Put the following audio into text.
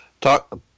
Talk